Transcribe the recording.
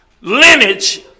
lineage